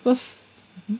cause hm